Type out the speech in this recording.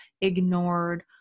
ignored